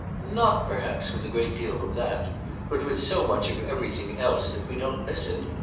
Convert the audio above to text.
not perhaps with a great deal of that but with so much of everything else that we don't miss it.